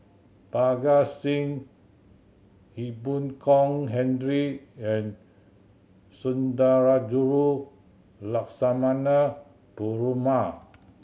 Parga Singh Ee Boon Kong Henry and Sundarajulu Lakshmana Perumal